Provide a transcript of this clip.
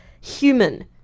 human